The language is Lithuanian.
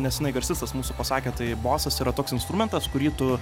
nesenai garsistas mūsų pasakė tai bosas yra toks instrumentas kurį tu